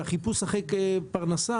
והחיפוש אחרי פרנסה,